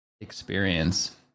experience